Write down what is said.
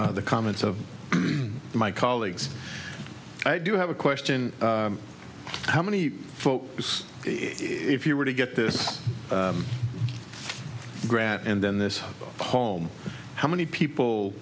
echo the comments of my colleagues i do have a question how many folks if you were to get this grant and then this home how many people